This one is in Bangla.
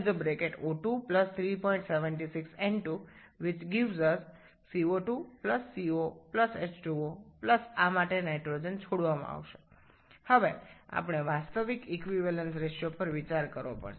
আমাদের আসল প্রতিক্রিয়াটি হল C6H14O2376N2CO2COH2O এর থেকে নাইট্রোজেন বাইরে থেকে যাবে এখন আমাদের এই প্রকৃত সমতা অনুপাত বিবেচনা করতে হবে